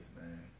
man